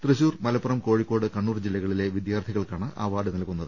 തൃശൂർ മലപ്പുറം കോഴിക്കോട് കണ്ണൂർ ജില്ലകളിലെ വിദ്യാർത്ഥി കൾക്കാണ് അവാർഡ് നൽകുന്നത്